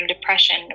depression